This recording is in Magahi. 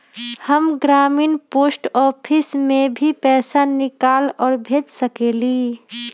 हम ग्रामीण पोस्ट ऑफिस से भी पैसा निकाल और भेज सकेली?